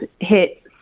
hit